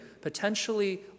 potentially